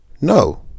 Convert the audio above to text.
No